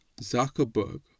Zuckerberg